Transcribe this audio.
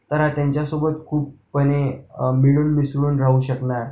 तर हा त्यांच्यासोबत खूपपणे मिळून मिसळून राहू शकणार